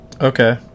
Okay